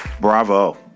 Bravo